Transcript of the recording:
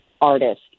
artist